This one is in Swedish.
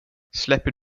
släpper